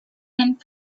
and